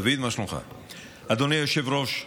אדוני היושב-ראש,